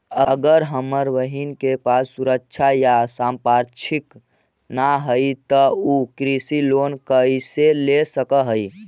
अगर हमर बहिन के पास सुरक्षा या संपार्श्विक ना हई त उ कृषि लोन कईसे ले सक हई?